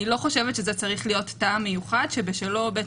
אני לא חושבת שזה צריך להיות טעם מיוחד שבשלו בית